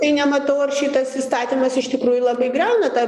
tai nematau ar šitas įstatymas iš tikrųjų labai griauna tą